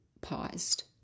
paused